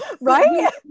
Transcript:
Right